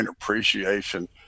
appreciation